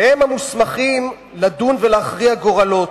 והם מוסמכים לדון ולהכריע גורלות,